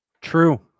True